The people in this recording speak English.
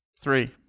Three